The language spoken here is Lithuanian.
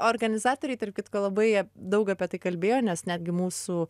organizatoriai tarp kitko labai daug apie tai kalbėjo nes netgi mūsų